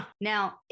Now